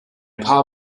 paar